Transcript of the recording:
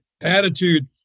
attitude